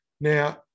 Now